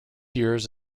years